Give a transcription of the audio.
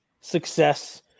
success